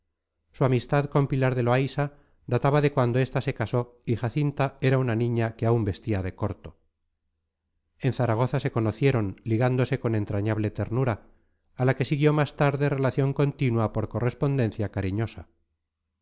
su amistad con pilar de loaysa databa de cuando esta se casó y jacinta era una niña que aún vestía de corto en zaragoza se conocieron ligándose con entrañable ternura a la que siguió más tarde relación continua por correspondencia cariñosa